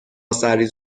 سرریز